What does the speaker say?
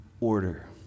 order